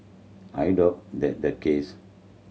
I doubt that the case